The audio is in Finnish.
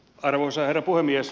arvoisa herra puhemies